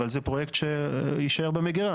אבל זה פרויקט שיישר במגירה,